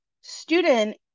student